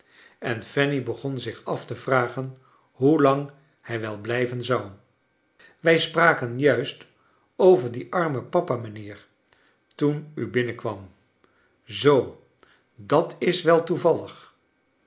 en fanny begon zich af te vragen hoe lang hij wel blijven zou wij spraken juist over dien armen papa mijnheer toen u binnenkwam zoo dat is wel toevallig